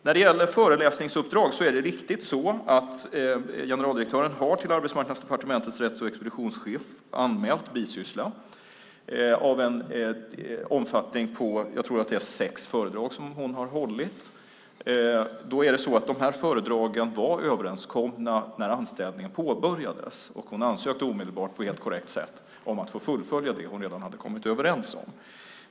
När det gäller föreläsningsuppdrag är det riktigt att generaldirektören till Arbetsmarknadsdepartementets rätts och expeditionschef har anmält bisyssla av en omfattning på - tror jag - sex föredrag. Föredragen var överenskomna när anställningen påbörjades, och hon ansökte omedelbart på helt korrekt sätt om att få fullfölja det hon redan hade kommit överens om.